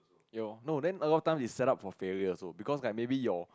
ya lor no then a lot of time they set up for failure also because like maybe your